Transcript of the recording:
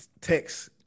text